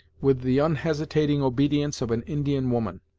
with the unhesitating obedience of an indian woman.